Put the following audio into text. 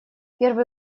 первый